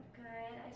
good